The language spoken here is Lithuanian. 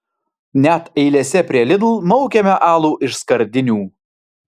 net eilėse prie lidl maukiame alų iš skardinių